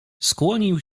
skłonił